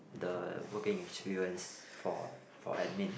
the working experience for for admin